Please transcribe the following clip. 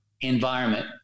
environment